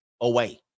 away